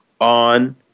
on